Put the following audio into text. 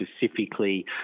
specifically